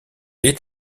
est